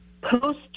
post